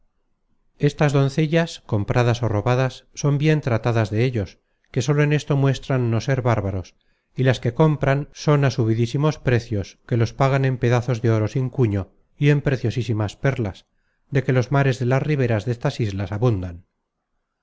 estas doncellas compradas ó robadas son bien tratadas de ellos que sólo en esto muestran no ser bárbaros y las que compran son á subidísimos precios que los pagan en pedazos de oro sin cuño y en preciosísimas perlas de que los mares de las riberas destas islas abundan